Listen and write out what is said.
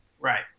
Right